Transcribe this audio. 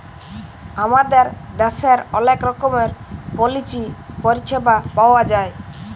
আমাদের দ্যাশের অলেক রকমের পলিচি পরিছেবা পাউয়া যায়